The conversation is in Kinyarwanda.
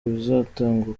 bizatangwa